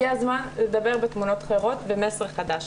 הגיע הזמן לדבר בתמונות אחרות ובמסר חדש.